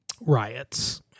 riots